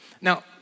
Now